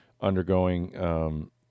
undergoing